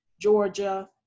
Georgia